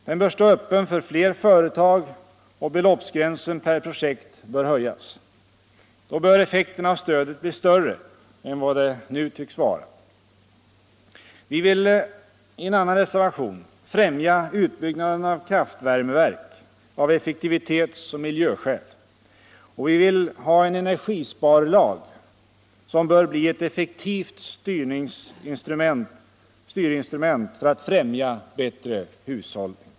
Den bör stå öppen för fler företag, och beloppsgränsen per projekt bör höjas. Då bör effekterna av stödet bli större än vad de nu tycks vara. I en annan reservation vill vi främja utbyggnaden av kraftvärmeverk av effektivitetsoch miljöskäl. Vi vill ha en energisparlag, som bör bli ett effektivt styrinstrument för att främja bättre hushållning.